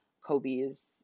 Kobe's